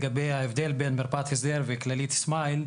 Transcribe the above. לגבי ההבדל בין מרפאת הסדר וכללית סמייל,